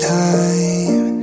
time